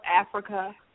Africa